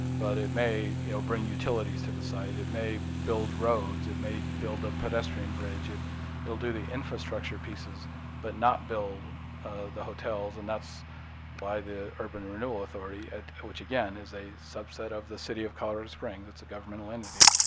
but it may you know bring utilities to the site. it may build roads. it may build a pedestrian bridge. it'll do the infrastructure pieces but not build the hotels, and that's why the urban renewal authority which again is, a subset of the city of colorado springs. it's a governmental entity.